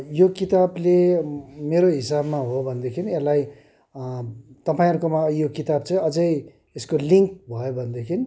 यो किताबले मेरो हिसाबमा हो भनेदेखि यसलाई तपाईँहरूकोमा यो किताब चाहिँ अझै यसको लिङ्क भयो भनेदेखिन्